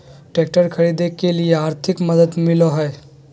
Tractor खरीदे के लिए आर्थिक मदद मिलो है?